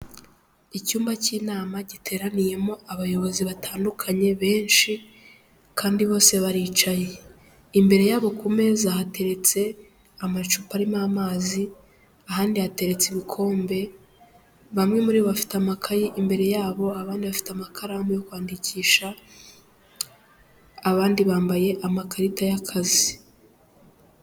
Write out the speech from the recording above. Icyumba cy'inama, giteraniyemo abayobozi batandukanye benshi kandi bose baricaye, imbere yabo ku meza hateretse amacupa arimo amazi, ahandi hateretse ibikombe, bamwe muri bo bafite amakaye imbere yabo, abandi bafite amakaramu yo kwandikisha, abandi bambaye amakarita y'akazi.